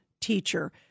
teacher